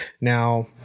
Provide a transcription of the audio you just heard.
now